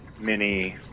mini